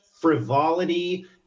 frivolity